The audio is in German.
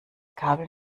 kabel